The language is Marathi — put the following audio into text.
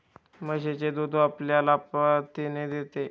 म्हशीचे दूध आपल्याला प्रथिने देते